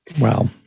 Wow